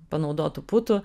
panaudotų putų